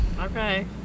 Okay